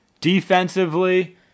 defensively